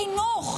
חינוך,